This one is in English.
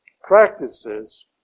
practices